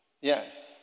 Yes